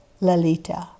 Lalita